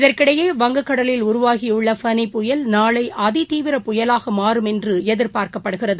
இதற்கிடையே வங்கக்கடலில் உருவாகியுள்ள நாளைஅதிதீவிர புயலாகமாறும் என்றுஎதிர்பார்க்கப்படுகிறது